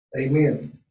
Amen